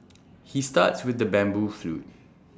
he starts with the bamboo flute